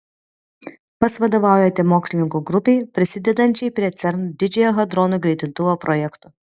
pats vadovaujate mokslininkų grupei prisidedančiai prie cern didžiojo hadronų greitintuvo projekto